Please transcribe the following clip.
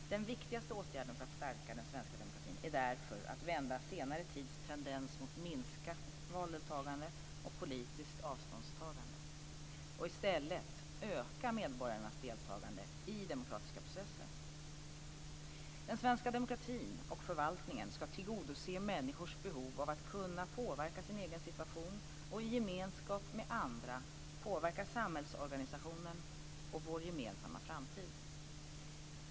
Den viktigaste åtgärden för att stärka den svenska demokratin är därför att vända senare tids tendens mot minskat valdeltagande och politiskt avståndstagande och i stället öka medborgarnas deltagande i demokratiska processer. Den svenska demokratin och förvaltningen ska tillgodose människors behov av att kunna påverka sin egen situation och i gemenskap med andra påverka samhällsorganisationen och vår gemensamma framtid.